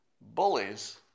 Bullies